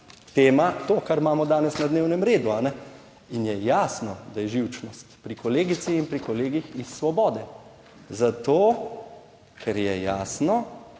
tema to, kar imamo danes na dnevnem redu. In je jasno, da je živčnost pri kolegici in pri kolegih iz Svobode. Zato, ker je jasno,